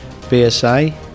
BSA